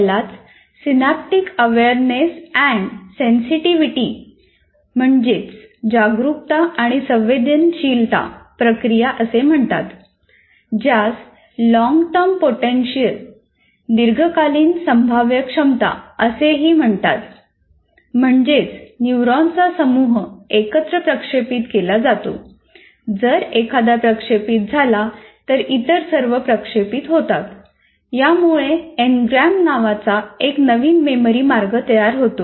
यालाच synaptic awareness and sensitivity यामुळे engram नावाचा एक नवीन मेमरी मार्ग तयार होतो